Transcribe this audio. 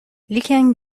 لیکن